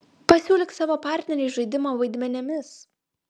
pasiūlyk savo partneriui žaidimą vaidmenimis